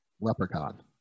Leprechaun